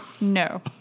No